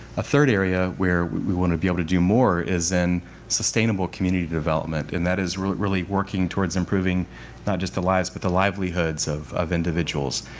a third area where we want to be able to do more is in sustainable community development, and that is really really working towards improving not just the lives, but the livelihoods of of individuals.